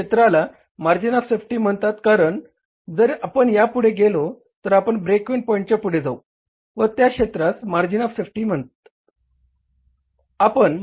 या क्षेत्राला margin of safety म्हणतात कारण जर आपण या पुढे गेलो तर आपण ब्रेक इव्हन पॉईंटच्या पुढे जाऊ व त्या क्षेत्रास मार्जिन ऑफ सेफ्टी क्षेत्र म्हणतात